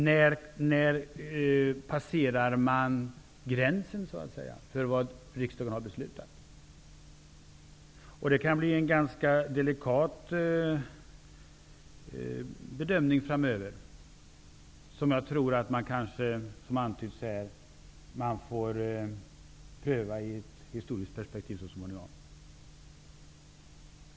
När passerar man gränsen för vad riksdagen har beslutat? Det kan bli en ganska delikat bedömning framöver. Den får man kanske pröva i ett historiskt perspektiv så småningom, som antytts här.